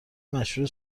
مشروح